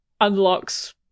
unlocks